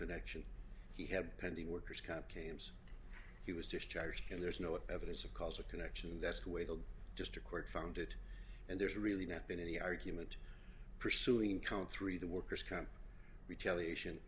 connection he had pending worker's comp games he was discharged and there's no evidence of causal connection that's the way the just a court found it and there's really not been any argument pursuing count three the worker's comp retaliation